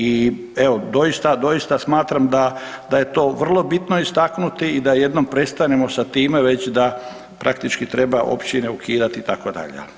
I evo, doista smatram da je to vrlo bitno istaknuti i da jednom prestanemo sa time već da praktički treba opčine ukidati itd.